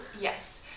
Yes